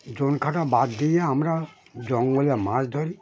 জনখাটা বাদ দিয়ে আমরা জঙ্গলে মাছ ধরি